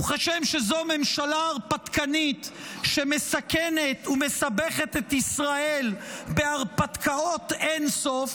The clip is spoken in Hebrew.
וכשם שזו ממשלה הרפתקנית שמסכנת ומסבכת את ישראל בהרפתקאות אין-סוף,